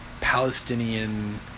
Palestinian